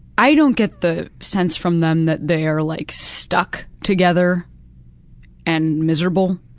i don't get the sense from them that they are, like, stuck together and miserable.